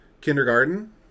Kindergarten